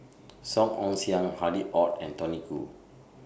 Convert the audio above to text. Song Ong Siang Harry ORD and Tony Khoo